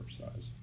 size